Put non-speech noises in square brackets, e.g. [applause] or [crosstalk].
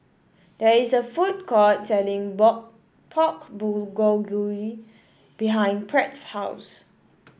there is a food court selling [unintelligible] Pork Bulgogi behind Pratt's house